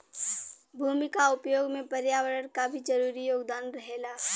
भूमि क उपयोग में पर्यावरण क भी जरूरी योगदान रहेला